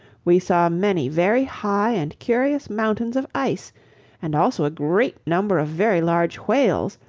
we saw many very high and curious mountains of ice and also a great number of very large whales,